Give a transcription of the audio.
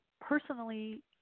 personally